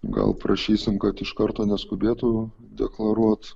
gal prašysim kad iš karto neskubėtų deklaruot